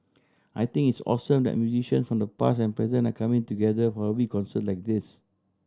I think it's awesome that musicians from the past and present are coming together for a big concert like this